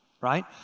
right